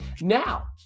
Now